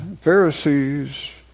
Pharisees